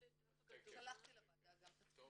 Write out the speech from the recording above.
שלחתי לוועדה גם --- טוב.